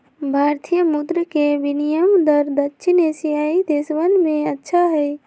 भारतीय मुद्र के विनियम दर दक्षिण एशियाई देशवन में अच्छा हई